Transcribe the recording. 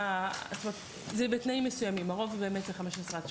הרוב זה 15-17,